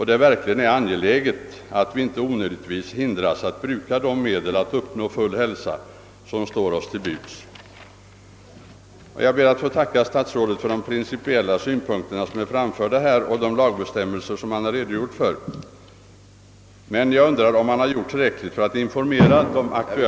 Det är verkligen angeläget att vi inte onödigtvis hindras att bruka de medel att uppnå full hälsa som står oss till buds. Jag ber att få tacka statsrådet för de principiella synpunkter som han framförde...